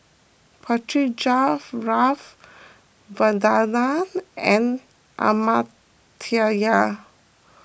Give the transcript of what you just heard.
Pritiviraj Vandana and Amartya